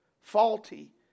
faulty